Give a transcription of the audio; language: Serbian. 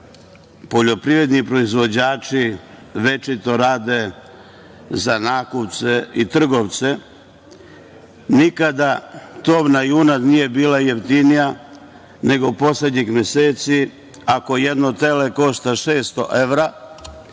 poljoprivredni proizvođači večito rade za nakupce i trgovce? Nikada tovna junad nije bila jeftinija nego poslednjih meseci. Ako jedno tele košta 600 evra